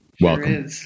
welcome